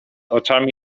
oczami